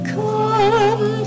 come